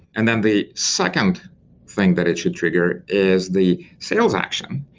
and then the second thing that it should trigger is the sales action.